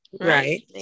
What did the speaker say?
Right